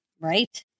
Right